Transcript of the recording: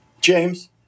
James